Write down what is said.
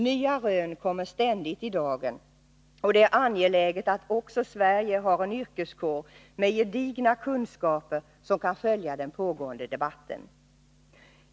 Nya rön kommer ständigt i dagen och det är angeläget att också Sverige har en yrkeskår med gedigna kunskaper som kan följa den pågående debatten.